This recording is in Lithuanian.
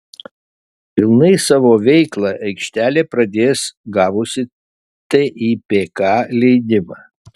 pilnai savo veiklą aikštelė pradės gavus tipk leidimą